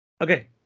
Okay